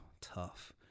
tough